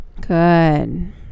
good